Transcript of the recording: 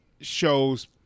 shows